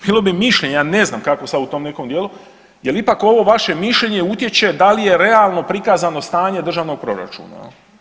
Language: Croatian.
Bilo bi mišljenja ja ne znam kako sad u tom nekom dijelu jel ipak ovo vaše mišljenje utječe da li je realno prikazano stanje državnog proračuna.